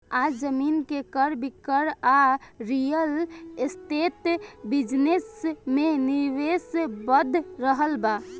आज जमीन के क्रय विक्रय आ रियल एस्टेट बिजनेस में निवेश बढ़ रहल बा